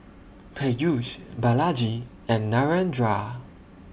Peyush Balaji and Narendra